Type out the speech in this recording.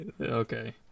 Okay